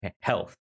health